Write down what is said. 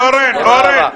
אני לא מאמינה --- אורן,